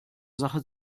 sache